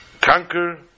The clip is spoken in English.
conquer